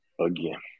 Again